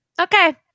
Okay